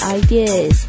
ideas